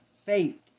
Faith